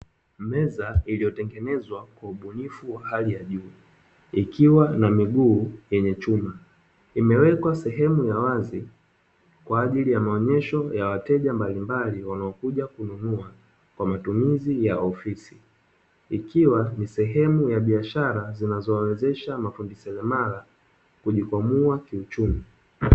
Meza iliyotengenezwa kwa ubunifu wa hali ya juu ikiwa na miguu yenye chuma, imewekwa sehemu ya wazi kwa ajili ya maonyesho ya wateja mbalimbali wanaokuja kununua kwa matumizi ya ofisi, ikiwa ni sehemu ya biashara zinazowezesha mafundi salemara kujikwamua kiuchumi.